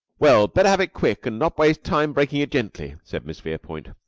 well, better have it quick and not waste time breaking it gently, said miss verepoint.